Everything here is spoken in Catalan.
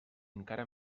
encara